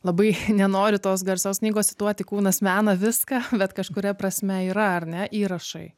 labai nenoriu tos garsios knygos cituoti kūnas mena viską bet kažkuria prasme yra ar ne įrašai